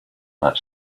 that